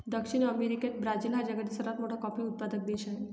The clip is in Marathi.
दक्षिण अमेरिकेत ब्राझील हा जगातील सर्वात मोठा कॉफी उत्पादक देश आहे